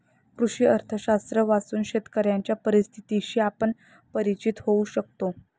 कृषी अर्थशास्त्र वाचून शेतकऱ्यांच्या परिस्थितीशी आपण परिचित होऊ शकतो